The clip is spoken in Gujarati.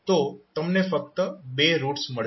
તો તમને ફક્ત બે રૂટ્સ મળશે